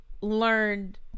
learned